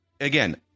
Again